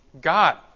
God